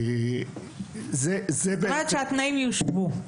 זאת אומרת, שהתנאים יושוו.